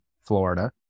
Florida